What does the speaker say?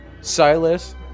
Silas